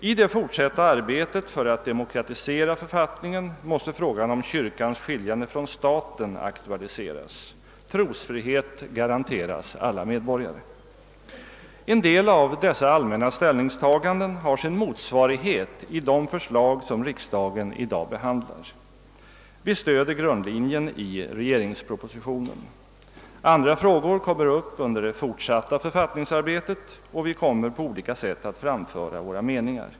I det fortsatta arbetet att demokratisera författningen måste frågan om kyrkans skiljande från staten aktualiseras. Trosfrihet garanteras alla medborgare. En del av dessa allmänna ställningstaganden har sin motsvarighet i de förslag som riksdagen i dag behandlar. Vi stöder grundlinjen i regeringspropositionen. Andra frågor kommer upp under det fortsatta författningsarbetet, och vi kommer på olika sätt att framföra våra meningar.